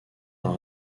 d’un